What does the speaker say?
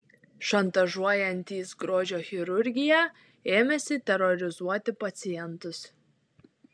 šantažuojantys grožio chirurgiją ėmėsi terorizuoti pacientus